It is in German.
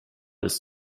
ist